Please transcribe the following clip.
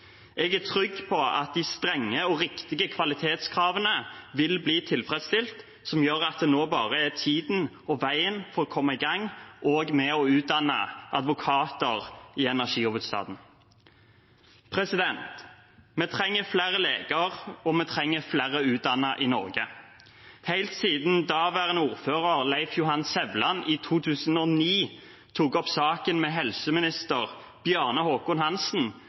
Jeg er trygg på at de strenge og riktige kvalitetskravene vil bli tilfredsstilt, som gjør at det nå bare er tiden og veien for å komme i gang med å utdanne også advokater i energihovedstaden. Vi trenger flere leger, og vi trenger flere som er utdannet i Norge. Helt siden daværende ordfører Leif Johan Sevland i 2009 tok opp saken med daværende helseminister Bjarne Håkon